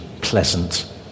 pleasant